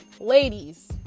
Ladies